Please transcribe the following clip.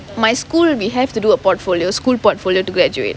my school we have to do a portfolio school portfolio to graduate